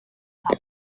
paper